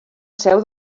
seu